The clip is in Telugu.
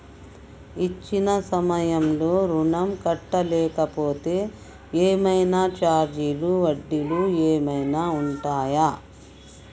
ఇచ్చిన సమయంలో ఋణం కట్టలేకపోతే ఏమైనా ఛార్జీలు వడ్డీలు ఏమైనా ఉంటయా?